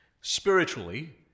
spiritually